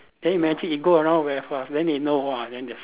then imagine it go around very fast then they know !wah! then that's